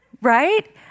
right